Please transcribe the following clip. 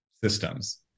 systems